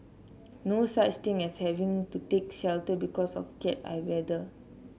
no such thing as having to take shelter because of Cat I weather